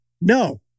No